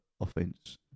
offense